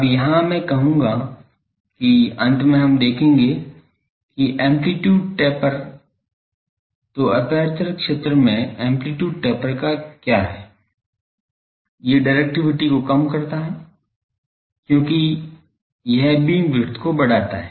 अब यहाँ मैं कहूँगा कि अंत में हम देखेंगे कि एम्पलीटूड टेपर तो एपर्चर क्षेत्र में एम्पलीटूड टेपर क्या है ये डाइरेक्टिविटी को कम करता है क्योंकि यह बीम विड्थ को बढ़ाता है